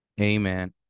amen